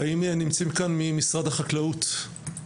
האם נמצאים כאן ממשרד החקלאות?